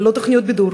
ללא תוכניות בידור,